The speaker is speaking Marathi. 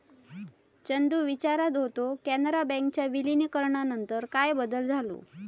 चंदू विचारत होतो, कॅनरा बँकेच्या विलीनीकरणानंतर काय बदल झालो?